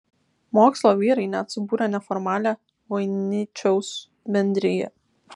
mokslo vyrai net subūrė neformalią voiničiaus bendriją